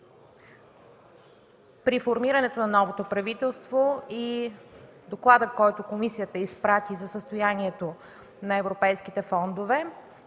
при формирането на новото правителство и докладът, който комисията изпрати за състоянието на европейските фондове.